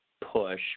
push